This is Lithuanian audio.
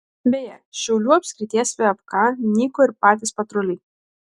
beje šiaulių apskrities vpk nyko ir patys patruliai